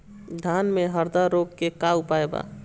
धान में हरदा रोग के का उपाय बा?